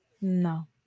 no